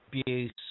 abuse